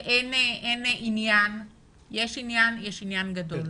אין עניין כי יש עניין גדול.